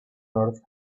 earth